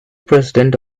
president